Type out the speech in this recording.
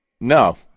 no